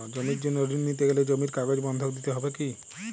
জমির জন্য ঋন নিতে গেলে জমির কাগজ বন্ধক দিতে হবে কি?